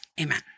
Amen